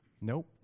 Nope